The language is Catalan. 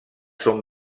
són